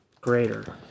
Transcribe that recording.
greater